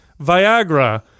Viagra